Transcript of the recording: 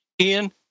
Ian